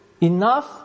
enough